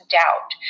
doubt